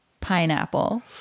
pineapple